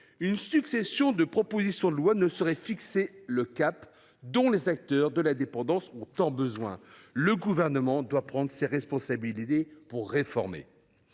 soient, des propositions de loi successives ne sauraient fixer le cap dont les acteurs de la dépendance ont tant besoin. Le Gouvernement doit prendre ses responsabilités pour réformer.